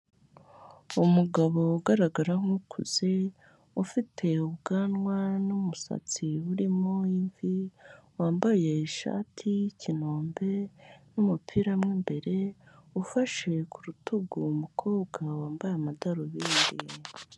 Umugabo ugaragara nk'ukuze ufite ubwanwa n'umusatsi urimo imvi, wambaye ishati y'ikinombe n'umupira mu imbere, ufashe ku rutugu umukobwa wambaye amadarubindi.